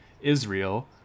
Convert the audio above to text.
Israel